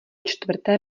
čtvrté